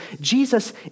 Jesus